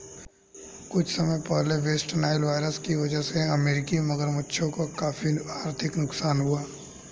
कुछ समय पहले वेस्ट नाइल वायरस की वजह से अमेरिकी मगरमच्छों का काफी आर्थिक नुकसान हुआ